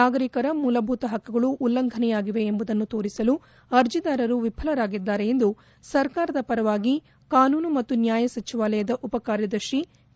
ನಾಗರಿಕರ ಮೂಲಭೂತ ಹಕ್ಕುಗಳು ಉಲ್ಲಂಘನೆಯಾಗಿವೆ ಎಂಬುದನ್ನು ತೋರಿಸಲು ಅರ್ಜಿದಾರರು ವಿಫಲವಾಗಿದ್ದಾರೆ ಎಂದು ಸರ್ಕಾರದ ಪರವಾಗಿ ಕಾನೂನು ಮತ್ತು ನ್ನಾಯ ಸಚಿವಾಲಯದ ಉಪಕಾರ್ಯದರ್ಶಿ ಕೆ